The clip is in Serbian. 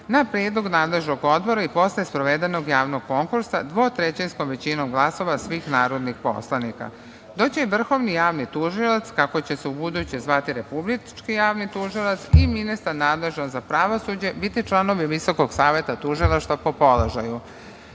na predlog nadležnog Odbora i posle sprovedenog javnog konkursa dvotrećinskom većinom glasova svih narodnih poslanika, dok će vrhovni javni tužilac, kako će se ubuduće zvati republički javni tužilac, i ministar nadležan za pravosuđe biti članovi Visokog saveta tužilaštva po položaju. Vrhovnog